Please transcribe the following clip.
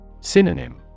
Synonym